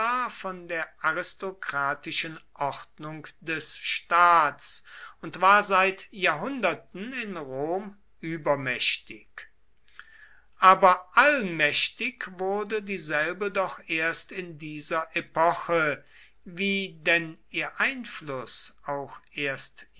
von der aristokratischen ordnung des staats und war seit jahrhunderten in rom übermächtig aber allmächtig wurde dieselbe doch erst in dieser epoche wie denn ihr einfluß auch erst